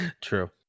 True